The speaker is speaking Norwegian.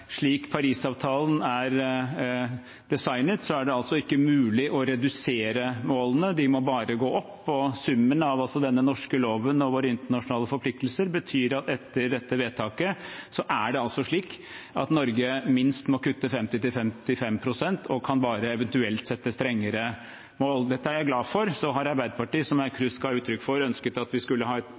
slik Parisavtalen er designet, er det ikke mulig å redusere målene, de må bare gå opp, og summen av denne norske loven og våre internasjonale forpliktelser betyr at etter dette vedtaket må Norge kutte minst 50–55 pst. og kan eventuelt bare sette strengere mål. Dette er jeg glad for. Så har Arbeiderpartiet, som representanten Aukrust ga uttrykk for, ønsket at vi skulle ha et